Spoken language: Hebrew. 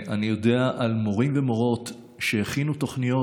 אני יודע על מורים ומורות שהכינו תוכניות.